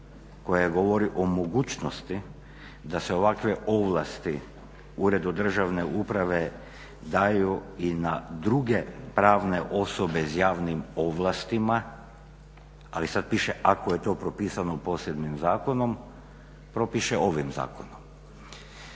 koja govori o mogućnosti da se ovakve ovlasti uredu državne uprave daju i na druge pravne osobe s javnim ovlastima, ali sada piše ako je to propisano posebnim zakonom, propiše ovim zakonom.